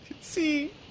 See